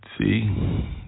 see